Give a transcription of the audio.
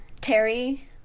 Terry